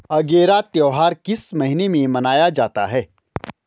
अगेरा त्योहार किस महीने में मनाया जाता है?